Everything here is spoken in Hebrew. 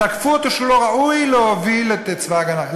תקפו אותו שהוא לא ראוי להוביל את צבא ההגנה,